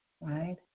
right